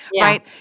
right